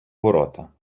ворота